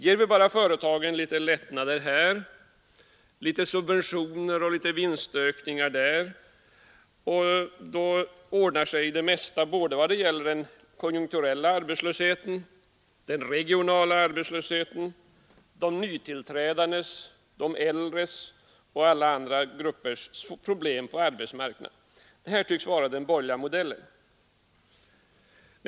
Ger vi bara företagen litet lättnader här, litet subventioner och litet mera vinster där, ordnar sig det mesta både vad det gäller den konjunkturbetingade arbetslösheten, den regionala obalansen, de nytillträdandes och de äldres samt alla andra gruppers problem på arbetsmarknaden. Det tycks vara den borgerliga modellen.